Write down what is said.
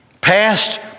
Past